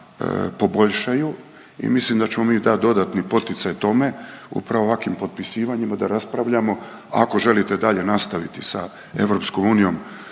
poboljšaju i mislim da ćemo mi dati dodatni poticaj tome upravo ovakvim potpisivanjem da raspravljamo ako želite dalje nastaviti sa EU